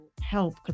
help